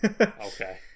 Okay